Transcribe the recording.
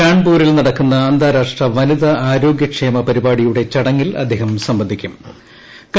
കാൺപൂരിൽ നടക്കുന്ന അന്താരാഷ്ട്ര വനിതാ ആരോഗ്യക്ഷേമ പരിപാടിയുടെ ചടങ്ങിൽ അദ്ദേഹം സംബന്ധിക്കൂം